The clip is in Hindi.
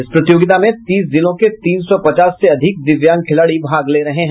इस प्रतियोगिता में तीस जिलों के तीन सौ पचास से अधिक दिव्यांग खिलाड़ी भाग ले रहे हैं